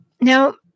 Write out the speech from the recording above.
Now